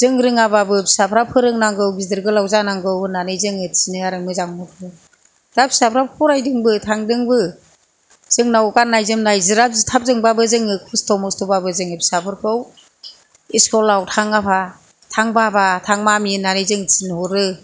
जों रोङाबाबो फिसाफ्रा फोरोंनांगौ गिदिर गोलाव जानांगौ होन्नानै जोङो थिनो आरो मोजां मथन दा फिसाफ्रा फरायदोंबो थांदोंबो जोंनाव गान्नाय जोमनाय जिराब जिथाबजोंबाबो जोङो खस्थ' मस्थ'बाबो जोङो फिसाफोरखौ इसकुलाव थां आफा थां बाबा थां मामि होन्नानै जों थिनहरो